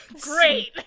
Great